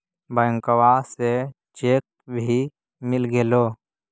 बैंकवा से चेक भी मिलगेलो?